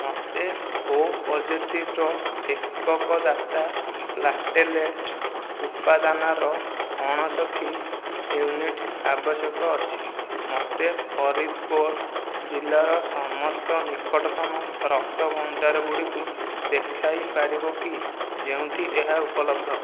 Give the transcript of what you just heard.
ମୋତେ O positive ର ଏକକ ଦାତା ପ୍ଲାଟେଲେଟ୍ ଉପାଦାନର ଅଣଷଠି ୟୁନିଟ୍ ଆବଶ୍ୟକ ଅଛି ମୋତେ ଫରିଦ୍କୋଟ୍ ଜିଲ୍ଲାର ସମସ୍ତ ନିକଟତମ ରକ୍ତ ଭଣ୍ଡାରଗୁଡ଼ିକୁ ଦେଖାଇ ପାରିବ କି ଯେଉଁଠି ଏହା ଉପଲବ୍ଧ